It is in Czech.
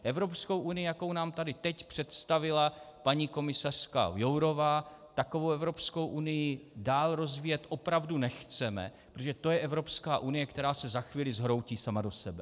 Evropskou unii, jakou nám tady teď představila paní komisařka Jourová, takovou Evropskou unii dál rozvíjet opravdu nechceme, protože to je Evropská unie, která se za chvíli zhroutí sama do sebe.